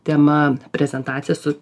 tema prezentaciją su